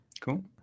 Cool